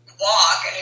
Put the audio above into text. walk